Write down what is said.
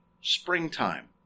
springtime